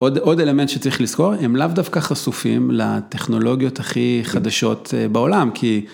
עוד אלמנט שצריך לזכור, הם לאו דווקא חשופים לטכנולוגיות הכי חדשות בעולם, כי